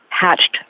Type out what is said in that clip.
hatched